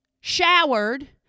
showered